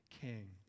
king